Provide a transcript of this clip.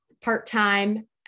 part-time